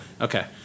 Okay